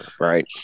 right